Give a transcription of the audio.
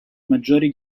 maggiori